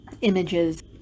images